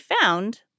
found